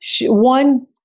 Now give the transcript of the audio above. One